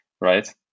right